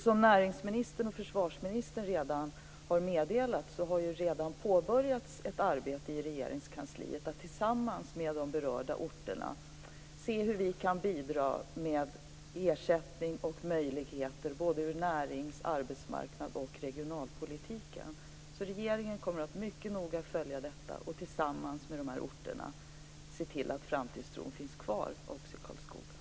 Som näringsministern och försvarsministern redan har meddelat, har det påbörjats ett arbete i Regeringskansliet för att tillsammans med de berörda orterna se hur vi kan bidra med ersättning och möjligheter i fråga om närings-, arbetsmarknads och regionalpolitiken. Regeringen kommer att mycket noga följa detta och tillsammans med de här orterna se till att framtidstron finns kvar också i Karlskoga.